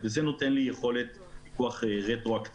זה נותן לי יכולת פיקוח רטרואקטיבית.